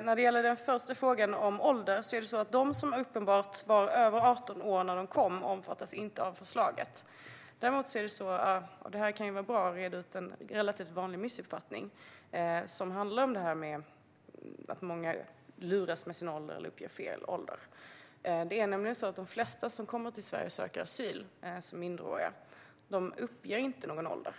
När det gäller den första frågan, om ålder, är det på det sättet att de som var uppenbart över 18 år när de kom omfattas inte av förslaget. Det kan vara bra att reda ut en relativt vanlig missuppfattning som handlar om att många luras med sin ålder eller uppger fel ålder. De flesta som kommer till Sverige och söker asyl som minderåriga uppger nämligen inte någon ålder.